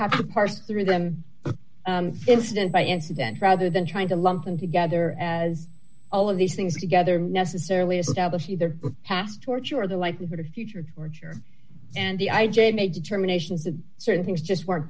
have to parse through them incident by incident rather than trying to lump them together as all of these things together necessarily establish either past torture or the likelihood of future torture and the i j a made determinations that certain things just weren't